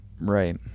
Right